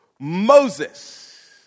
Moses